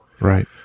Right